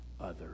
others